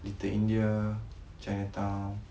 little india chinatown